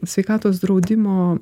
sveikatos draudimo